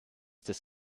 des